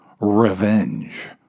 Revenge